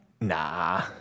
Nah